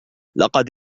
لقد